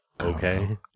Okay